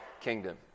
kingdom